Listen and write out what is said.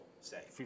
say